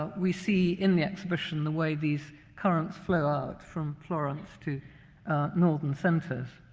but we see in the exhibition the way these currents flow out from florence to northern centers.